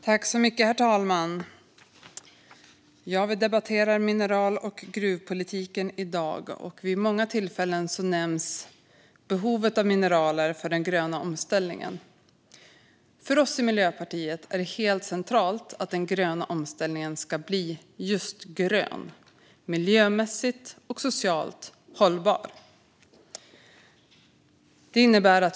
Herr talman! Vi debatterar i dag mineral och gruvpolitiken. Vid många tillfällen har behovet av mineral för den gröna omställningen nämnts. För Miljöpartiet är det helt centralt att den gröna omställningen blir just grön, det vill säga att den blir miljömässigt och socialt hållbar.